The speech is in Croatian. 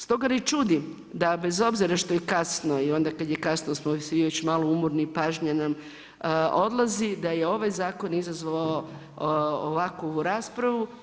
Stoga ne čudim, da bez obzira što je kasno i onda kad je kasno smo svi već malo umorni i pažnja nam odlazi, da je ovaj zakon izazvao ovakvu raspravu.